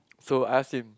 so I was in